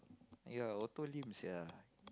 ya auto lame sia